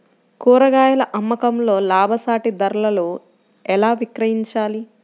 కూరగాయాల అమ్మకంలో లాభసాటి ధరలలో ఎలా విక్రయించాలి?